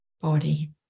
body